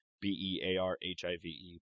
B-E-A-R-H-I-V-E